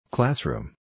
Classroom